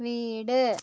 വീട്